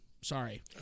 Sorry